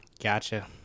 Gotcha